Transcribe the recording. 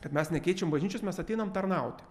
kad mes nekeičiam bažnyčios mes ateinam tarnauti